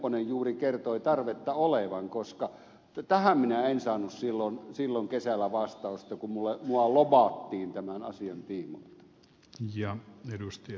nepponen juuri kertoi tarvetta olevan koska tähän minä en saanut silloin kesällä vastausta kun minua lobattiin tämän asian tiimoilta